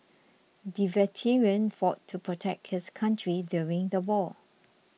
the veteran fought to protect his country during the war